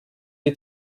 die